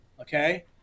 okay